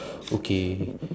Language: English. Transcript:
okay